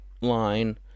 line